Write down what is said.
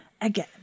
again